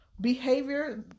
behavior